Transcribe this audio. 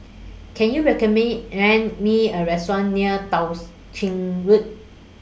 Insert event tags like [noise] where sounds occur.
Can YOU [unintelligible] Me A Restaurant near Tao's Ching Road